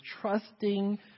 trusting